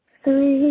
Three